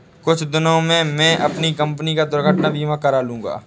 कुछ दिनों में मैं अपनी कंपनी का दुर्घटना बीमा करा लूंगा